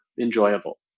enjoyable